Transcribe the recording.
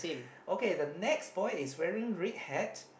okay the next boy is wearing red hat